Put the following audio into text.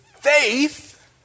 faith